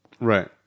Right